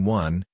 one